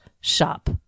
shop